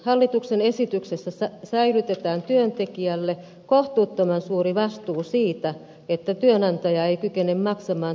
hallituksen esityksessä sälytetään työntekijälle kohtuuttoman suuri vastuu siitä että työnantaja ei kykene maksamaan työsuhdesaatavia